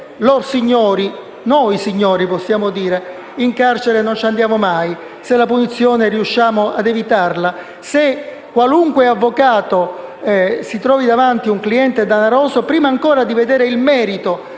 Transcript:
lor signori, noi signori possiamo dire, in carcere non ci andiamo mai, se riusciamo ad evitare la punizione, se qualunque avvocato si trovi davanti un cliente danaroso, prima ancora di vedere il merito